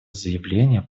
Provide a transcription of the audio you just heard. заявление